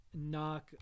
knock